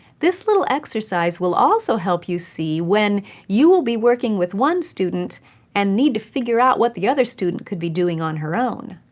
this little exercise will also help you see when you will be working with one student and need to figure out what the other student could be doing on her own.